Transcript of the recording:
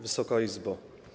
Wysoka Izbo!